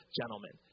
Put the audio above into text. gentlemen